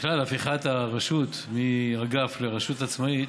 בכלל, הפיכת הרשות מאגף לרשות עצמאית,